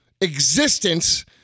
existence